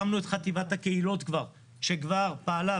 הקמנו את חטיבת הקהילות שכבר פעלה,